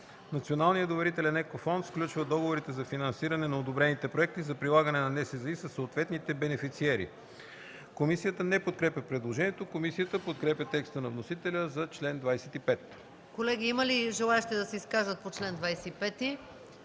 Националният доверителен екофонд сключва договорите за финансиране на одобрените проекти за прилагане на НСЗИ със съответните бенефициери.” Комисията не подкрепя предложението. Комисията подкрепя текста на вносителя за чл. 25.